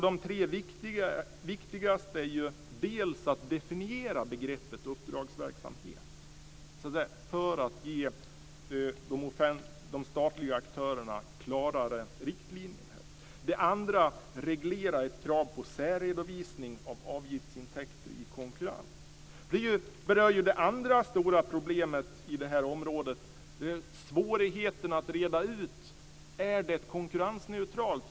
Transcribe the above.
De tre viktigaste är för det första att definiera begreppet uppdragsverksamhet för att ge de statliga aktörerna klarare riktlinjer. Det andra förslaget är att reglera ett krav på särredovisning av avgiftsintäkter i konkurrens. Det berör det andra stora problemet på det här området, nämligen svårigheten att reda ut om det är konkurrensneutralt.